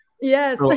yes